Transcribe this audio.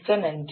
மிக்க நன்றி